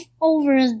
over